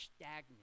stagnant